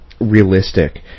realistic